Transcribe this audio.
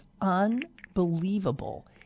unbelievable